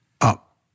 up